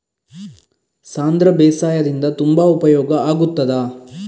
ಸಾಂಧ್ರ ಬೇಸಾಯದಿಂದ ತುಂಬಾ ಉಪಯೋಗ ಆಗುತ್ತದಾ?